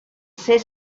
ser